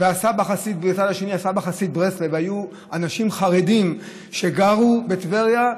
ומהצד השני הסבא חסיד ברסלב היו אנשים חרדים שגרו בטבריה,